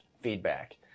Feedback